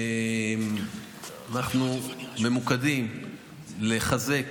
אנחנו ממוקדים לחזק